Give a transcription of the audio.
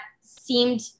seemed –